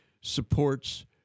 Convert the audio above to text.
supports